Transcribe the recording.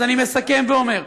אז אני מסכם ואומר: